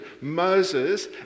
Moses